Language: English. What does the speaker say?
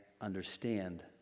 understand